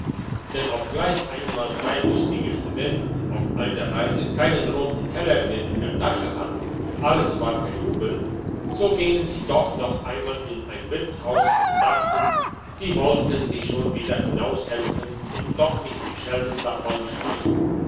denn obgleich einmal drei lustige studenten auf einer reise keinen roten heller mehr in der tasche hatten alles war verjubelt so gingen sie doch noch einmal in ein wirtshaus und dachten sie wollten sich schon wieder hinaus helfen und doch nicht wie schelmen davon